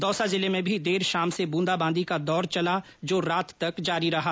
दौसा जिले में भी देर शाम से ब्रंदाबांदी का दौर चला जो रात तक जारी रहा